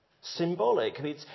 symbolic